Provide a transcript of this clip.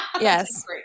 yes